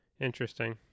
Interesting